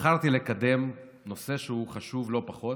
בחרתי לקדם נושא שהוא חשוב לא פחות,